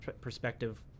perspective